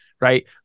right